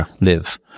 live